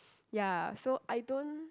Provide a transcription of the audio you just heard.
ya so I don't